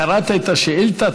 קראת את השאילתה.